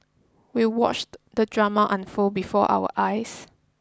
we watched the drama unfold before our eyes